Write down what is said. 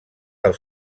del